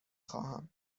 خواهم